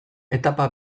etapa